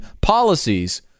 policies